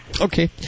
Okay